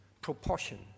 Proportion